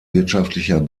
wirtschaftlicher